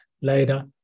later